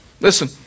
Listen